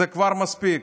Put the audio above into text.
זה כבר מספיק.